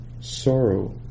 sorrow